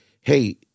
hey